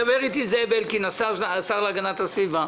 דיבר איתי זאב אלקין, השר להגנת הסביבה,